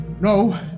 No